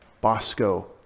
Bosco